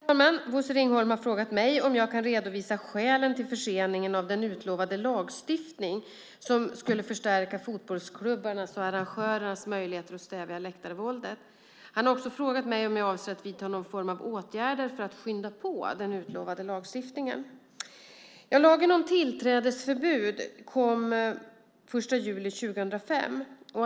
Herr talman! Bosse Ringholm har frågat mig om jag kan redovisa skälen till förseningen av den utlovade lagstiftning som skulle förstärka fotbollsklubbarnas och arrangörernas möjligheter att stävja läktarvåldet. Han har också frågat mig om jag avser att vidta någon form av åtgärder för att skynda på den utlovade lagstiftningen. Lagen om tillträdesförbud kom den 1 juli 2005.